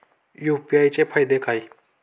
UPI चे फायदे काय?